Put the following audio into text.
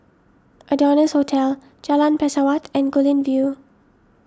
Adonis Hotel Jalan Pesawat and Guilin View